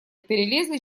перелезли